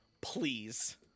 please